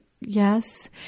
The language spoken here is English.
yes